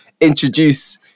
introduce